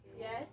Yes